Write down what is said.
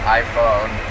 iPhone